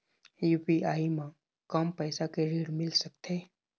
UPI म कम पैसा के ऋण मिल सकथे?